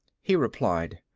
he replied,